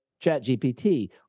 ChatGPT